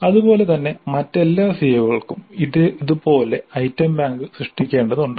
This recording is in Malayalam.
അതുപോലെ തന്നെ മറ്റെല്ലാ സിഒകൾക്കും ഇതുപോലെ ഐറ്റം ബാങ്ക് സൃഷ്ടിക്കേണ്ടതുണ്ട്